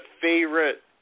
favorite